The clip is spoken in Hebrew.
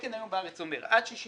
התקן היום בארץ אומר: עד 60